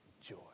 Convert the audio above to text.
joy